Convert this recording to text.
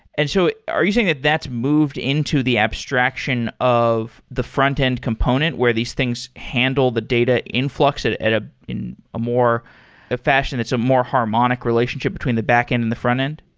and so are you saying that that's moved into the abstraction of the front-end component where these things handle the data influx at at ah a more a fashion, it's a more harmonic relationship between the back-end and the front-end?